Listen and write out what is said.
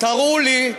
תראו לי,